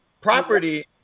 property